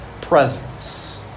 presence